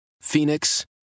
Phoenix